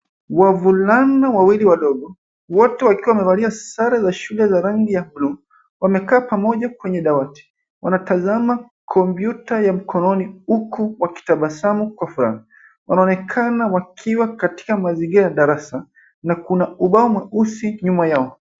Wavulana wawili wadogo, wote wakiwa wamevalia sare za shule za rangi ya buluu. wamekaa pamoja kwenye dawati. Wanatazama kompyuta ya mkononi huku wakitabaamu kwa furaha. Wanaonekana wakiwa katika mazingira ya darasa na kuna ubao mweusi nyuma yao.